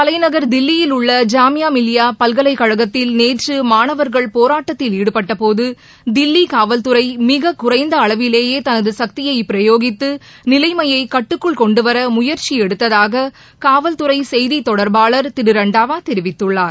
தலைநகர் தில்லியில் உள்ள ஜாமியா மிலியா பல்கலைக்கழகத்தில் நேற்று மாணவர்கள் போராட்டத்தில் ஈடுபட்டபோது தில்லி காவல் துறை மிக குறைந்த அளவிலேயே தனது சக்தியை பிரயோகித்து நிலைமையை கட்டுக்குள் கொண்டுவர முயற்சி எடுத்ததாக காவல் துறை செய்தி தொடர்பாளர் திரு ரண்டாவா தெரிவித்துள்ளார்